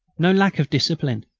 no lack of discipline.